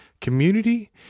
community